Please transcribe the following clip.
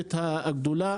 הגיאוגרפית הגדולה,